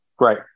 Right